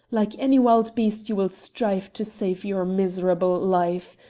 like any wild beast you will strive to save your miserable life!